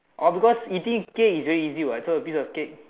oh because eating cake is very easy what so a piece of cake